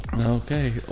Okay